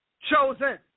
chosen